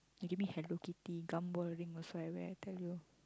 you give me Hello-Kitty gum earring also I wear I tell you